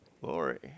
Glory